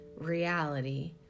reality